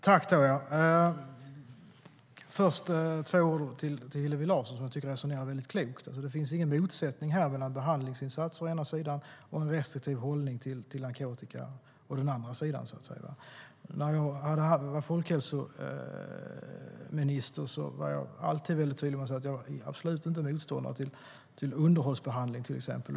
Herr talman! Först ska jag säga några ord till Hillevi Larsson, som jag tycker resonerar väldigt klokt. Det finns ingen motsättning mellan behandlingsinsatser å ena sidan och en restriktiv hållning till narkotika å andra sidan. När jag var folkhälsominister var jag alltid väldigt tydlig med att säga att jag absolut inte var motståndare till underhållsbehandling, till exempel.